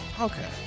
Okay